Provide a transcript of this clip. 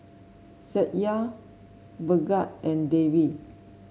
Satya Bhagat and Devi